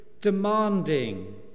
demanding